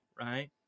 right